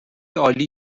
عالی